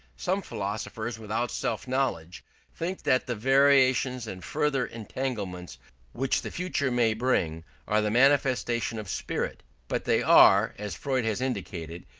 some philosophers without self-knowledge think that the variations and further entanglements which the future may bring are the manifestation of spirit but they are, as freud has indicated,